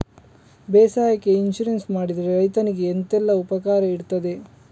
ಬೇಸಾಯಕ್ಕೆ ಇನ್ಸೂರೆನ್ಸ್ ಮಾಡಿದ್ರೆ ರೈತನಿಗೆ ಎಂತೆಲ್ಲ ಉಪಕಾರ ಇರ್ತದೆ?